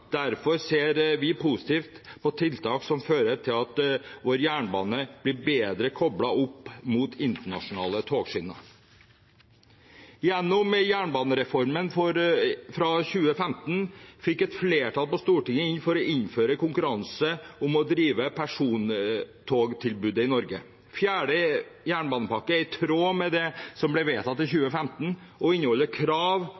Derfor ser vi positivt på tiltak som fører til at vår jernbane blir bedre koblet opp mot internasjonale togskinner. Gjennom jernbanereformen fra 2015 gikk et flertall på Stortinget inn for å innføre konkurranse om å drive persontogtilbudet i Norge. Fjerde jernbanepakke er i tråd med det som ble vedtatt i